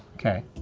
okay.